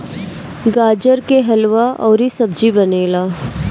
गाजर के हलुआ अउरी सब्जी बनेला